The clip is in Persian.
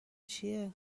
چیه